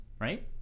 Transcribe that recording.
right